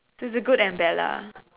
with a good umbrella